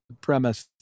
premise